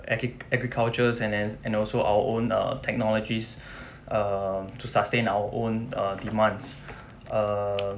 agri~ agricultures and nes~ and also our own err technologies um to sustain our own err demands err